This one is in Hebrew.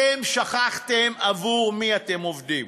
אתם שכחתם עבור מי אתם עובדים,